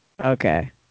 Okay